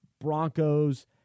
Broncos